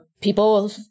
people